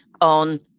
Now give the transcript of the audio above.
on